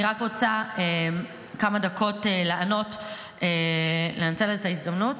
אני רק רוצה כמה דקות לנצל את ההזדמנות.